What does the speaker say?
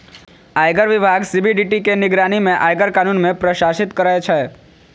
आयकर विभाग सी.बी.डी.टी के निगरानी मे आयकर कानून कें प्रशासित करै छै